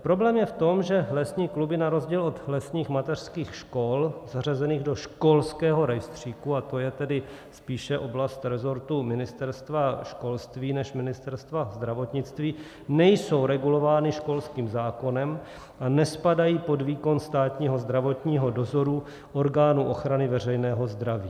Problém je v tom, že lesní kluby na rozdíl od lesních mateřských škol zařazených do školského rejstříku, a to je tedy spíše oblast resortu Ministerstva školství než Ministerstva zdravotnictví, nejsou regulovány školským zákonem a nespadají pod výkon státního zdravotního dozoru orgánu ochrany veřejného zdraví.